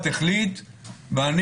החליט, אני,